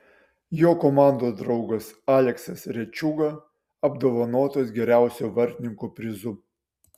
jo komandos draugas aleksas rečiūga apdovanotas geriausio vartininko prizu